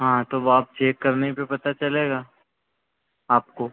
हाँ तो वह अब चेक करने पर पता चलेगा आपको